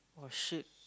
oh shit